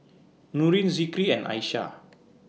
Nurin Zikri and Aishah